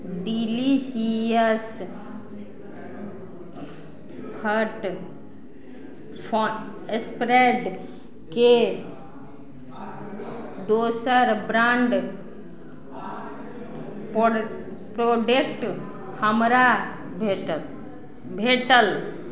delicious फट फोट स्प्रेडके दोसर ब्राण्ड पोर प्रोडक्ट हमरा भेटत भेटल